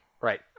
Right